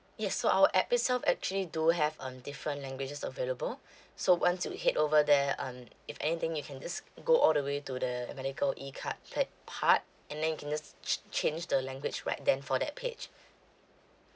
yes so our app itself actually do have um different languages available so once you head over there um if anything you can just go all the way to the medical ecard part part and then you can just cha~ change the language right then for that page